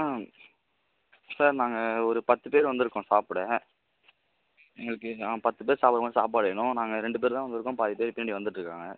ஆ sir நாங்கள் ஒரு பத்து பேர் வந்திருக்கோம் சாப்பிட எங்களுக்கு பத்து பேர் சாப்பிடுற மாதிரி சாப்பாடு வேணும் நாங்கள் ரெண்டு பேர் தான் வந்திருக்கோம் பாதி பேர் பின்னாடி வந்துகிட்டுருக்காங்க